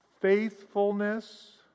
faithfulness